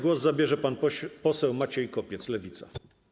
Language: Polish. Głos zabierze pan poseł Maciej Kopiec, Lewica.